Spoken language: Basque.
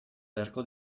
beharko